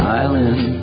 island